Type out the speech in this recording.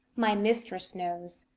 my mistress knows.